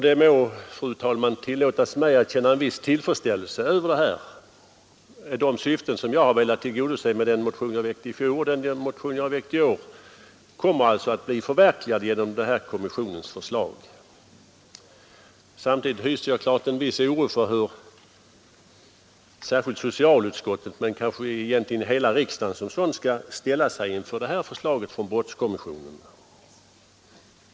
Det må tillåtas mig, fru talman, att känna en viss tillfredsställelse. De syften jag velat tillgodose med den motion jag väckte i fjol och med den motion jag väckt i år kommer alltså att bli förverkligade genom brottskommissionens förslag. Samtidigt hyser jag givetvis en viss oro för hur särskilt socialutskottet men kanske egentligen hela riksdagen skall ställa sig till detta förslag från brottskommissionen.